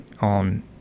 on